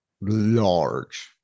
large